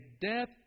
death